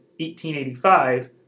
1885